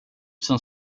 som